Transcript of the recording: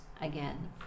again